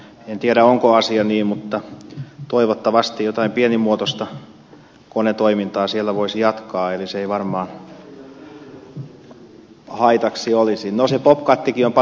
en tiedä onko asia niin mutta toivottavasti jotain pienimuotoista konetoimintaa siellä voisi jatkaa eli se ei varmaan haitaksi olisi